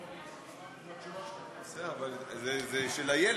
בסדר, אבל אני מקריא את של איילת,